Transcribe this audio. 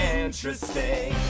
interesting